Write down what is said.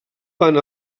van